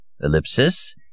ellipsis